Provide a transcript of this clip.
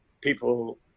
people